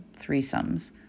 threesomes